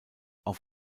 auf